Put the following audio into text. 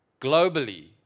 globally